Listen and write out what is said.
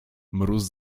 mróz